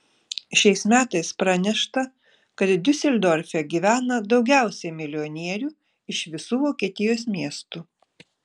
šiais metais pranešta kad diuseldorfe gyvena daugiausiai milijonierių iš visų vokietijos miestų